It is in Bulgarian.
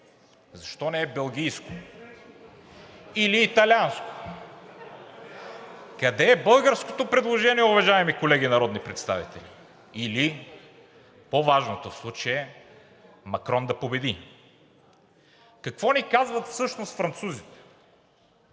защо не е белгийско или италианско? Къде е българското предложение, уважаеми колеги народни представители? Или по-важното в случая е Макрон да победи?! Какво ни казват всъщност французите?